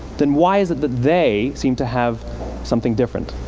then why is it that they seem to have something different?